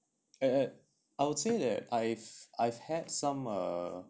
and and I would say that I've I've had some uh